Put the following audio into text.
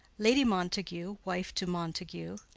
lady montague, wife to montague.